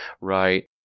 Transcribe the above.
Right